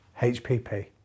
HPP